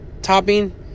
Topping